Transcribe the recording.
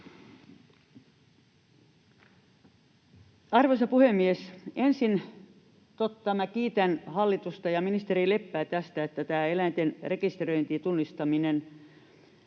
Arvoisa puhemies! Ensin kiitän hallitusta ja ministeri Leppää siitä, että tämä esitys eläinten rekisteröinnistä ja tunnistamisesta